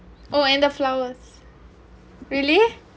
oh and the flowers really